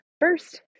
first